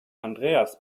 andreas